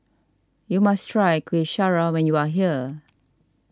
you must try Kuih Syara when you are here